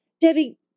Debbie